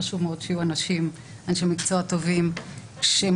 חשוב מאוד שיהיו אנשי מקצוע טובים שיהיו